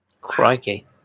Crikey